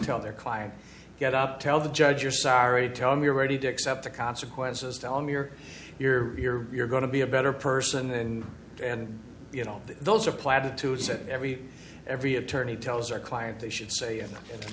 tell their client get up tell the judge you're sorry tell him you're ready to accept the consequences tell him you're you're here you're going to be a better person and and you know those are platitudes that every every attorney tells their client they should say an a